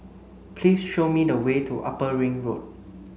please show me the way to Upper Ring Road